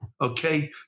okay